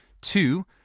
two